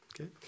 Okay